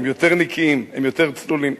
הם יותר נקיים ויותר צלולים.